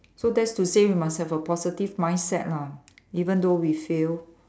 so that's to say you must have a positive mindset lah even though we fail